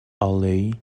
alley